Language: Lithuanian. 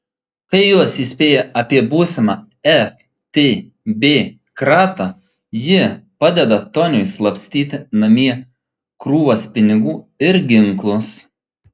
kai juos įspėja apie būsimą ftb kratą ji padeda toniui slapstyti namie krūvas pinigų ir ginklus